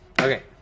Okay